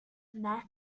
meth